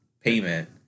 payment –